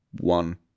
one